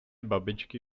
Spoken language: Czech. babičky